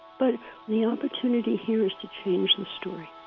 but the opportunity here is to change the story